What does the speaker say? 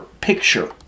picture